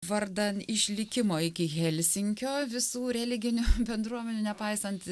vardan išlikimo iki helsinkio visų religinių bendruomenių nepaisant